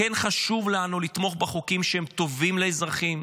כן, חשוב לנו לתמוך בחוקים שהם טובים לאזרחים,